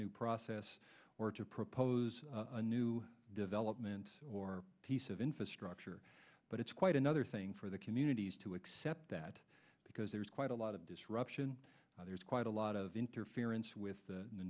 new process or to propose a new development or piece of infrastructure but it's quite another thing for the communities to accept that because there's quite a lot of disruption there's quite a lot of interference with the